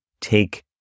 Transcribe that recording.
take